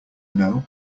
know